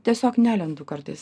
tiesiog nelendu kartais